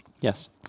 Yes